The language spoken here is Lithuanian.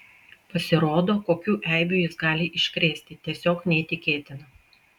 pasirodo kokių eibių jis gali iškrėsti tiesiog neįtikėtina